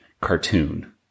cartoon